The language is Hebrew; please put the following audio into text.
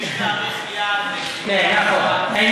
יש תאריך יעד, כן, נכון.